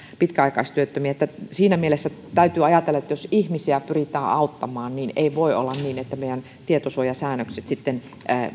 pitkäaikaistyöttömiä siinä mielessä täytyy ajatella että jos ihmisiä pyritään auttamaan niin ei voi olla niin että meidän tietosuojasäännökset sitten